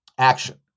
action